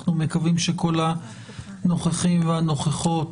אנחנו מקווים שכל הנוכחים והנוכחות,